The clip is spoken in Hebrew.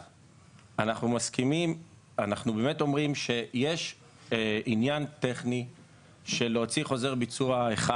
אנחנו באמת אומרים שיש עניין טכני של להוציא חוזר ביצוע אחד אחד.